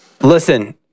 Listen